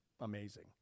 amazing